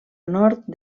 nord